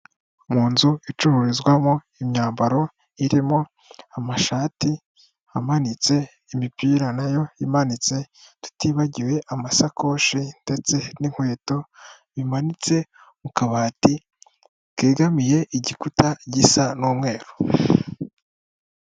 Mu nzu icururizwamo imyambaro, irimo amashati amanitse, imipira nayo imanitse, tutibagiwe amashakoshi ndetse n'inkweto bimanitse mu kabati kegamiye igikuta gisa n'umweru.